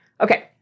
Okay